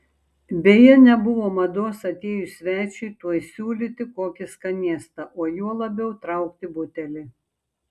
beje nebuvo mados atėjus svečiui tuoj siūlyti kokį skanėstą o juo labiau traukti butelį